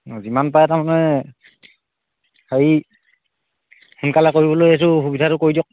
অঁ যিমান পাৰে তাৰমানে হেৰি সোনকালে কৰিবলৈ এইটো সুবিধাটো কৰি দিয়ক